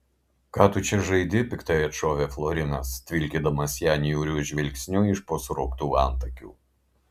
ką tu čia žaidi piktai atšovė florinas tvilkydamas ją niūriu žvilgsniu iš po surauktų antakių